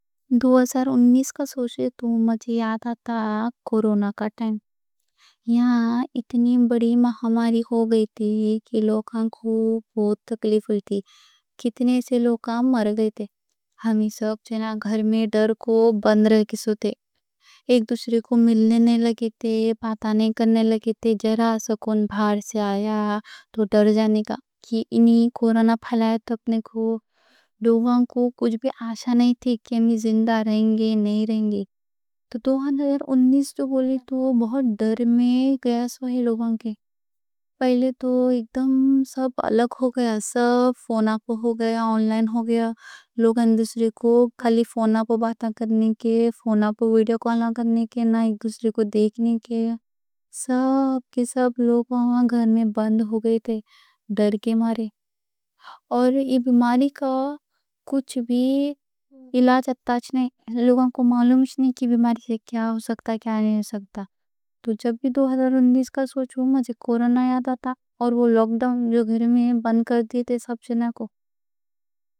دو ہزار انیس کا سوچے تو مجھے یاد آتا کورونا کا ٹائم۔ یہاں اتنی بڑی مہاماری ہو گئی تھی کہ لوگاں کو بہت تکلیف ہوتی، کتنے سے لوگاں مر گئے تھے۔ ہمنا سب جنے گھر میں ڈر کوں بند رہے تھے۔ ایک دوسری کوں ملنے نہیں لگے تھے، باتاں نہیں کرنے لگے تھے۔ ذرا سکون باہر سے آیا تو ڈر جانے کا کہ اینی کورونا پھیلایا تھا اپنے کو۔ لوگاں کو کچھ بھی آشا نہیں تھی کہ ہمنا زندہ رہیں گے، نہیں رہیں گے۔ تو 2019 جو بولے تو بہت ڈر میں گیا سوہے لوگوں کے۔ پہلے تو ایک دم سب الگ ہو گیا۔ سب فون پر ہو گیا، آن لائن ہو گیا، لوگاں ایک دوسری کوں خالی فون پر بات کرنے کے، فون پر ویڈیو کال کرنے کے، نہ ایک دوسری کوں دیکھنے کے۔ سب کے سب لوگاں وہاں گھر میں بند ہو گئے تھے ڈر کے مارے۔ اور یہ بیماری کا کچھ بھی علاج اتّا چھنے، لوگوں کو معلوم چھنے کہ بیماری سے کیا ہو سکتا، کیا نہیں ہو سکتا۔ تو جب بھی 2019 کا سوچوں، مجھے کورونا یاد آتا، اور وہ ڈر میں بند کر دیتے سب جنہ کوں۔